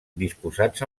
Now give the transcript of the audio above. disposats